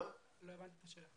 לא הבנתי את השאלה.